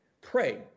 Pray